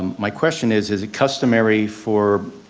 my question is is it customary for